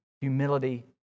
humility